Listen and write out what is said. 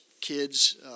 kids